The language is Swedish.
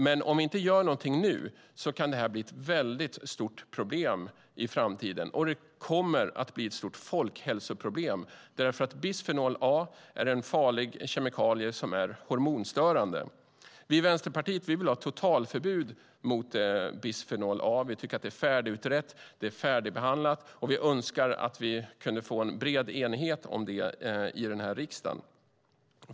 Men om vi inte gör någonting nu kan det här bli ett mycket stort problem i framtiden, och det kommer att bli ett stort folkhälsoproblem eftersom bisfenol A är en farlig kemikalie som är hormonstörande. Vi i Vänsterpartiet vill ha ett totalförbud mot bisfenol A. Vi tycker att det är färdigutrett och färdigbehandlat. Vi önskar att vi kunde få en bred enighet om det här i riksdagen.